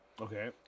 Okay